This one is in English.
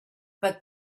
but